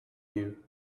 you